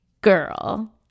Girl